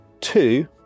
two